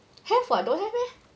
have [what] don't have meh